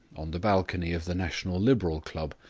on the balcony of the national liberal club,